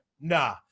nah